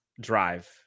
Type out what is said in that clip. drive